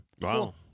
Wow